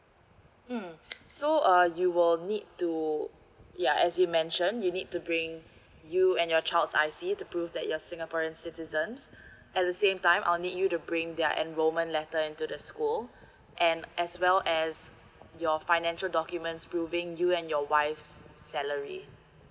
mm so uh you will need to ya as you mention you need to bring you and your child's I_C to prove that you're singaporean citizens at the same time I'll need you to bring their enrollment letter into the school and as well as your financial documents proving you and your wife's salary